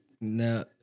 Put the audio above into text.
No